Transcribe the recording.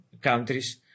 countries